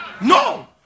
No